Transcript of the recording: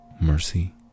Mercy